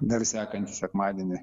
dar sekantį sekmadienį